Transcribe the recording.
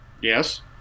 Yes